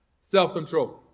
Self-control